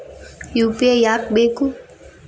UPI ಯಾಕ್ ಬೇಕು?